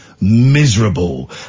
miserable